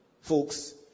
Folks